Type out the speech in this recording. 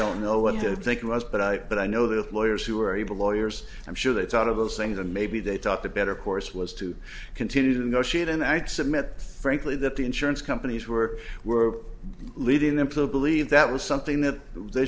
don't know what to think it was but i but i know that with lawyers who are able lawyers i'm sure that it's out of those things and maybe they thought the better course was to continue to negotiate and i submit frankly that the insurance companies were were leading them to believe that was something that they